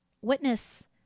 witness